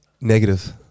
Negative